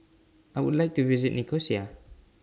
I Would like to visit Nicosia